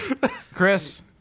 Chris